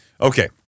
Okay